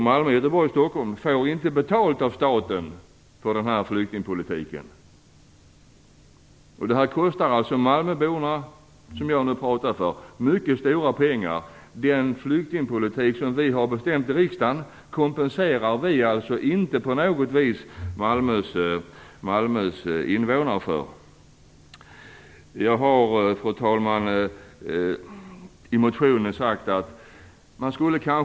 Malmö, Göteborg och Stockholm får inte betalt av staten för denna flyktingpolitik. Detta kostar malmöborna - som jag nu pratar för - mycket stora pengar. Vi kompenserar alltså inte på något vis Malmös invånare för den flyktingpolitik som vi har bestämt i riksdagen. Fru talman!